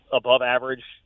above-average